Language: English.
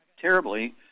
terribly